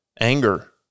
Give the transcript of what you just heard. Anger